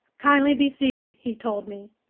kindly be seated, he told me.